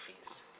fees